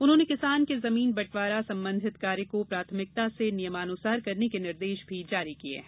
उन्होंने किसान के जमीन बँटवारे संबंधित कार्य को प्राथमिकता से नियमानुसार करने के निर्देश भी जारी किये है